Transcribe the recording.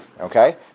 Okay